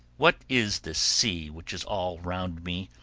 what is this sea which is all round me?